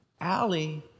Allie